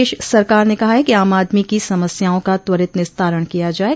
प्रदेश सरकार ने कहा है कि आम आदमी की समस्याओं का त्वरित निस्तारण किया जाये